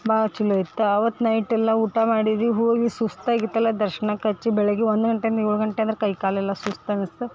ಭಾಳ ಚಲೊ ಇತ್ತು ಅವತ್ತು ನೈಟ್ ಎಲ್ಲ ಊಟ ಮಾಡಿದ್ವಿ ಹೋಗಿ ಸುಸ್ತು ಆಗಿತ್ತಲ್ಲ ದರ್ಶ್ನಕ್ಕೆ ಹಚ್ಚಿ ಬೆಳಗ್ಗೆ ಒಂದು ಗಂಟೆಯಿಂದ ಏಳು ಗಂಟೆ ಅಂದರೆ ಕೈ ಕಾಲೆಲ್ಲ ಸುಸ್ತು ಅನಸ್ತು